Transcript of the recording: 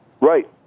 Right